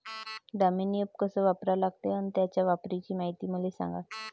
Damini app कस वापरा लागते? अन त्याच्या वापराची मायती मले सांगा